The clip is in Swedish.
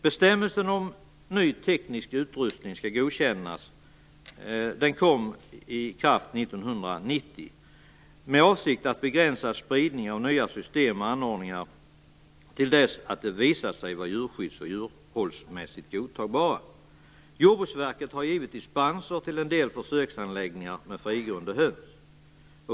Bestämmelsen om att ny teknisk utrustning skall godkännas trädde i kraft 1990 med avsikt att begränsa spridning av nya system och anordningar till dess att de visar sig djurskydds och djurhållningsmässigt godtagbara. Jordbruksverket har givit dispens till en del försöksanläggningar med frigående höns.